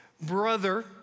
brother